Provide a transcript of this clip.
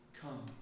Come